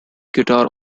guitar